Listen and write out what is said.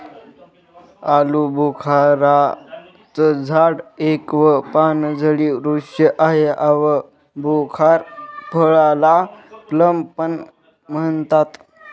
आलूबुखारा चं झाड एक व पानझडी वृक्ष आहे, आलुबुखार फळाला प्लम पण म्हणतात